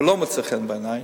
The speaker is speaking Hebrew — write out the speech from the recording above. ולא מוצא חן בעיני,